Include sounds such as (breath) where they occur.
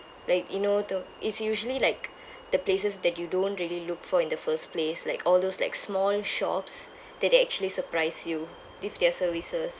like you know the it's usually like (breath) the places that you don't really look for in the first place like all those like small shops that actually surprise you with their services